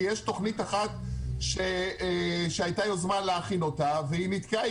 כי יש תוכנית אחת שהייתה יוזמה להכין אותה והיא נתקעה.